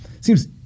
seems